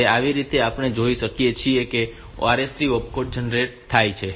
તેથી આ રીતે આપણે જોઈ શકીએ છીએ કે RST ઓપકોડ જનરેટ થાય છે